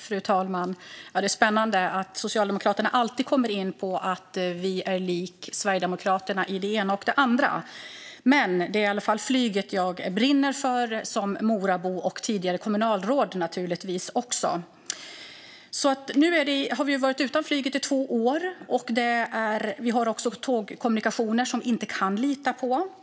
Fru talman! Det är spännande att Socialdemokraterna alltid kommer in på att vi liknar Sverigedemokraterna i det ena eller det andra. Men det är i alla fall flyget jag brinner för som Morabo och tidigare kommunalråd. Nu har vi varit utan flyg i två år. Vi har tågkommunikationer som vi inte kan lita på.